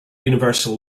universal